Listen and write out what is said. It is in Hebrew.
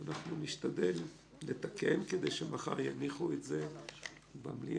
אנחנו נשתדל לתקן כדי שמחר יניחו את זה במליאה